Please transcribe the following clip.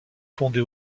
fondée